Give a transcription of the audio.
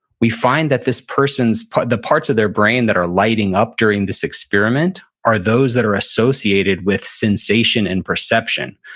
we find that this person's, the parts of their brain that are lighting up during this experiment are those that are associated with sensation and perception.